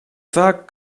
vaak